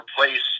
replace